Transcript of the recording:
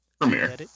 Premiere